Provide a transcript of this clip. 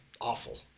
awful